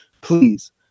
Please